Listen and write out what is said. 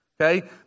okay